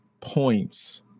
points